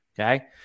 Okay